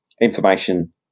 information